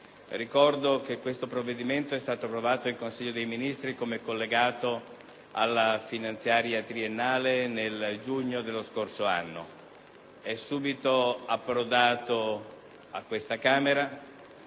Ricordo che questo provvedimento è stato approvato in Consiglio dei ministri come collegato alla finanziaria triennale nel giugno dello scorso anno. È subito approdato a questa Camera